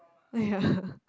ya